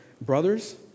Brothers